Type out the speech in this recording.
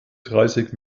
dreißig